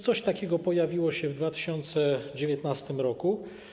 Coś takiego pojawiło się w 2019 r.